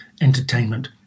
entertainment